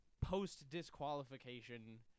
post-disqualification